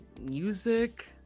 music